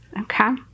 okay